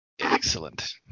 Excellent